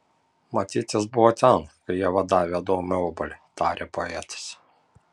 matyt jis buvo ten kai ieva davė adomui obuolį tarė poetas